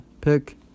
pick